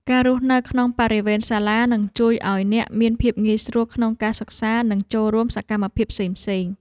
ការរស់នៅក្នុងបរិវេណសាលានឹងជួយឱ្យអ្នកមានភាពងាយស្រួលក្នុងការសិក្សានិងចូលរួមសកម្មភាពផ្សេងៗ។